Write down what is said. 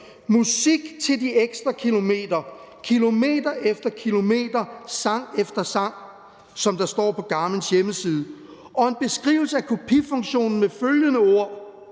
Musik til de ekstra kilometer, kilometer efter kilometer, sang efter sang. Det står der på Garmins hjemmeside. Og der er en beskrivelse af kopifunktionen med følgende ord,